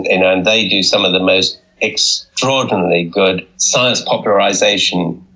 and ah and they do some of the most extraordinarily good science popularization,